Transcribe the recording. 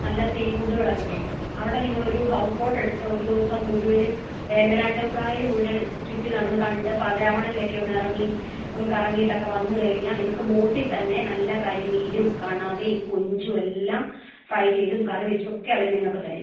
നല്ല സീ ഫുഡ്ഡുകൾ ഒക്കെ കിട്ടും അവിടെ നിങ്ങൾ ഒരു ഹൗസ് ബോട്ട് എടുത്ത് ഒരു ദിവസം മുഴുവനും വേമ്പനാട്ട് കായൽ മുഴുവൻ ചുറ്റി നടന്ന് കണ്ട് പാതിരാ മണലിൽ ഒക്കെ ഒന്ന് ഇറങ്ങി ഒന്ന് കറങ്ങിയിട്ട് ഒക്കെ വന്ന് കഴിഞ്ഞാൽ നിങ്ങൾക്ക് ബോട്ടിൽ തന്നെ നല്ല കരിമീനും കണവയും കൊഞ്ചും എല്ലാം ഫ്രൈ ചെയ്തും കറി വച്ചും ഒക്കെ അവർ നിങ്ങൾക്ക് തരും